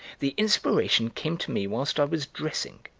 the inspiration came to me whilst i was dressing,